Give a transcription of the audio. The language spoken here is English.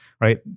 right